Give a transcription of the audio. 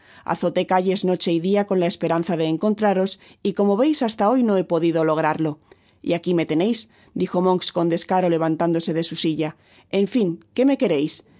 azoté calles noche y dia con la esperanza de encontraros y como veis hasta hoy no he podido lograrlo y aqui me teneis dijo monks con descaro levantándose de su silla en fin que me queréis el